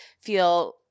feel –